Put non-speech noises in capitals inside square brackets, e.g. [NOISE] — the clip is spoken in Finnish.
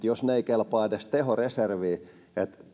[UNINTELLIGIBLE] jos ne eivät kelpaa edes tehoreserviin vaan